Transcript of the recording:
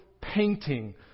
painting